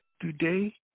Today